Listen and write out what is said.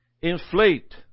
inflate